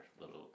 little